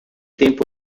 tempo